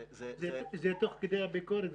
זה תוך כדי הביקורת.